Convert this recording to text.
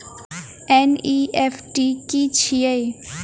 NEFT की छीयै?